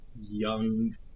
young